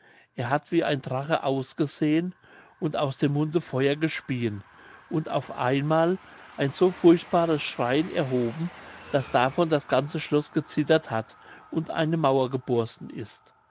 er hat wie ein drache ausgesehen und aus dem munde feuer gespieen und auf einmal ein so furchtbares schreien erhoben daß davon das ganze schloß gezittert hat und eine mauer geborsten ist